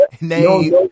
name